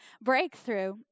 breakthrough